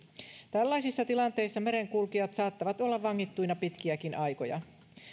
tällaisissa tilanteissa merenkulkijat saattavat olla vangittuina pitkiäkin aikoja